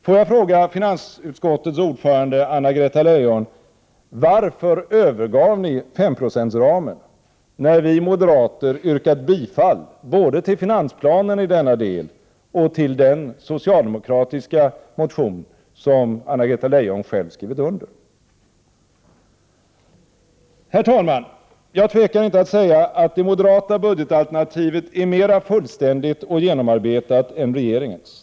Får jag fråga finansutskottets ordförande Anna-Greta Leijon: Varför övergav ni 5-procentsramen, när vi moderater yrkat bifall både till finansplanen i denna del och till den socialdemokratiska motion som Anna-Greta Leijon själv skrivit under? Herr talman! Jag tvekar inte att säga att det moderata budgetalternativet är mera fullständigt och genomarbetat än regeringens.